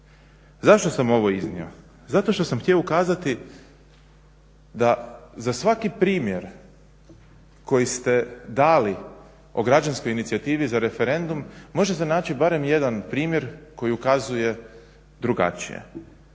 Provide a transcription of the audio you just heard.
Zašto sam ovo iznio? Zato što sam htio ukazati da za svaki primjer koji ste dali o građanskoj inicijativi za referendum može se naći barem jedan primjer koji ukazuje drugačije.